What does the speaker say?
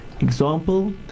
example